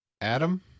Adam